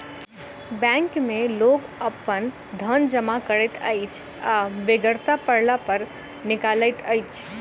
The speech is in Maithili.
बैंक मे लोक अपन धन जमा करैत अछि आ बेगरता पड़ला पर निकालैत अछि